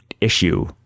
issue